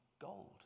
gold